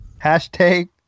Hashtag